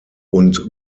und